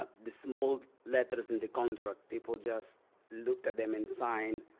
the small letters in the country, people just look at them and sign,